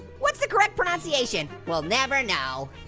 what's the correct pronunciation? we'll never know.